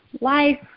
life